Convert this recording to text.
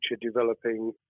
developing